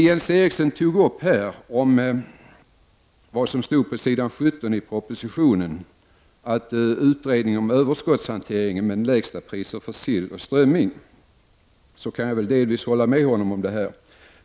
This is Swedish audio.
Jens Eriksson tog här upp det som står på s. 17 i propositionen om en utredning om lägsta priser för sill och strömming. Jag kan delvis hålla med honom på den här punkten.